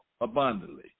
abundantly